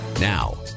Now